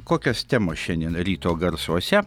kokios temos šiandien ryto garsuose